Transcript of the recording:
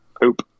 poop